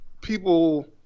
people